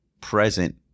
present